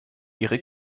ihre